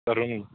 Tarun